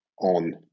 on